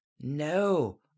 no